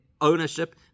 ownership